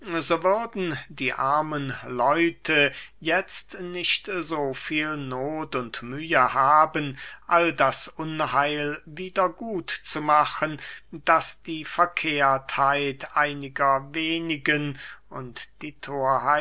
würden die armen leute jetzt nicht so viel noth und mühe haben all das unheil wieder gut zu machen das die verkehrtheit einiger wenigen und die